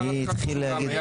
--- מי התחיל להגיד?